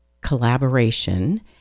collaboration